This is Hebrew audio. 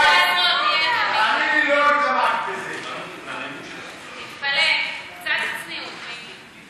חברות, זה נחמד, הצעקות משני הצדדים.